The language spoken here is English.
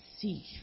see